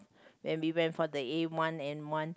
when we went for the A one N one